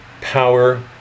power